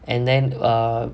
and then err